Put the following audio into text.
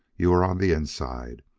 you are on the inside.